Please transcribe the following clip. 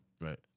Right